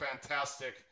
fantastic